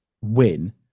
win